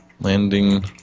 Landing